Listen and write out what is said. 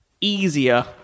easier